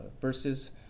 verses